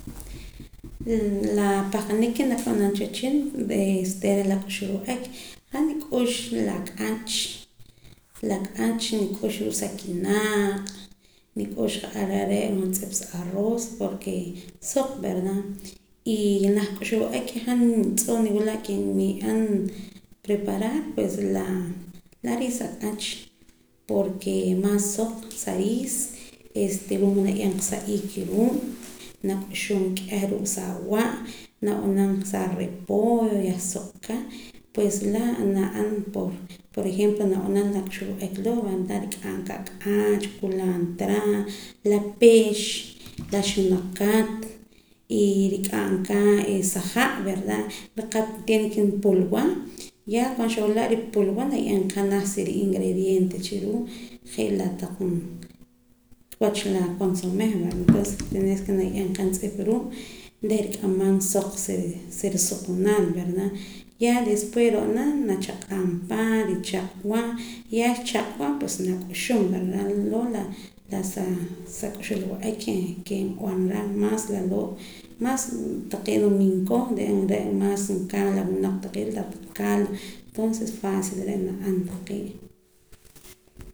La papahqanik ke nakab'anam cha wehchin ree' este re' la k'uxb'al wa'ek han nik'ux la ak'ach la ack'ach nikux ruu' sa nikaq' nik'ux ja'ar are' juntz'ip sa aroos porke suq verda y janaj k'uxb'al wa'ek ke han tz'oo' niwila' ke ni'an preparar pues re' la riis ak'ach porke maas suq sa riis este wula mood naye'em qa sa iik ruu' nak'uxum k'eh ruu' sa awa' nab'anam qa sa arepoyo yah suq aka pues laa' na'an por por ejemplo nab'anam la k'uxb'al wa'ek loo' vaa laa' nrik'am aka ak'ach kulaantra la pix la xunakat y rik'am aka sa ha' verda nriqap tiene ke nripulwa ya cuando xawila'a ripulwa naye'em qa janaj sa riingrediente cha ruu' je' la taq wach la consome verda entonce tenes ke naye'em qa juntz'ip ruu' reh nirik'amam suq sa risuqnaal verd ya despues ro'na nachaq'aam pa nrichaq'wa yaa xchaq'wa pues na k'uxum verda loo' la sa k'uxb'al wa'ek ke nb'anaraa maas laloo' maas taqee' tomiinko' re' re' maas nkaa la winaq taqee' la caldo tonce facil reh na'an taqee'